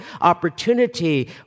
opportunity